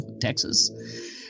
Texas